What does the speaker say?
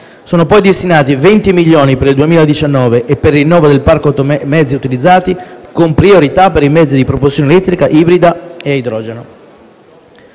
Sono poi destinati 20 milioni per il 2019 e per il rinnovo del parco mezzi utilizzati, con priorità per i mezzi a propulsione elettrica, ibrida e a idrogeno.